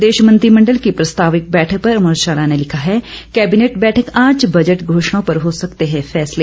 प्रदेश मंत्रिमंडल की प्रस्तावित बैठक पर अमर उजाला ने लिखा है कैबिनेट बैठक आज बजट घोषणाआं पर हो सकते हैं फैसले